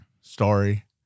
story